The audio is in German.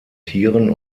tieren